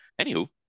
anywho